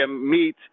meet